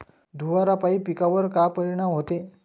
धुवारापाई पिकावर का परीनाम होते?